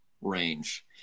range